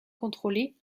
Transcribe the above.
contrôlée